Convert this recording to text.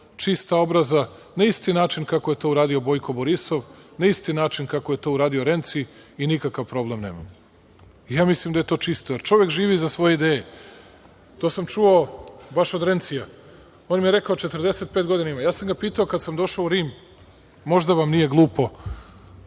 čista obraza, na isti način kako je to uradio Bojko Borisov, na isti način kako je to uradio Renci i nikakav problem nemamo. Mislim da je to čisto. Jer, čovek živi za svoje ideje. To sam čuo baš od Rencija. On mi je rekao, 45 godina ima. Pitao sam ga kad sam došao u Rim, možda vam nije glupo,